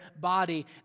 body